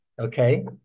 Okay